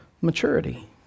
maturity